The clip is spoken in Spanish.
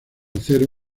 acero